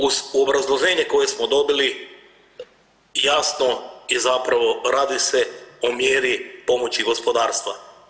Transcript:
Uz obrazloženje koje smo dobili jasno je zapravo radi se o mjeri pomoći gospodarstva.